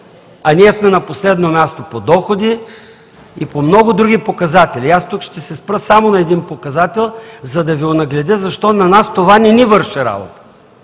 А ние сме на последно място по доходи и по много други показатели. Аз тук ще се спра само на един показател, за да Ви онагледя защо на нас това не ни върши работа.